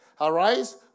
Arise